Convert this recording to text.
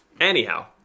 Anyhow